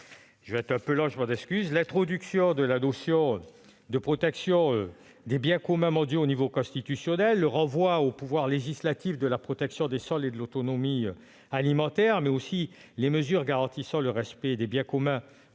nos biens communs. L'introduction de la notion de protection des biens communs mondiaux au niveau constitutionnel, le renvoi au pouvoir législatif de la protection des sols et de l'autonomie alimentaire, mais aussi des mesures garantissant le respect des biens communs par